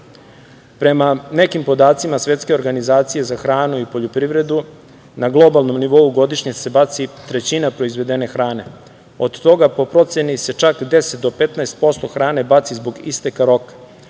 Prema nekim podacima Svetske organizacije za hranu i poljoprivredu, na globalnom nivou godišnje se baci trećina proizvedene hrane. Od toga, po proceni, se čak 10% do 15% hrane baci zbog isteka roka.